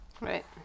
Right